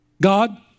God